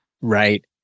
Right